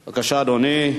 בבקשה, אדוני.